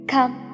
Come